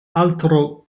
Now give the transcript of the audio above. altro